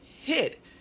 hit